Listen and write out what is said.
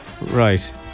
right